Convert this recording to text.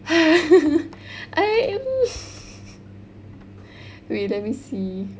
I mm wait let me see